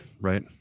Right